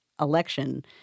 election